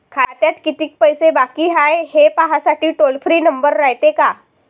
खात्यात कितीक पैसे बाकी हाय, हे पाहासाठी टोल फ्री नंबर रायते का?